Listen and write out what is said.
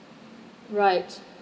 right